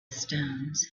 stones